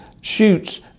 shoots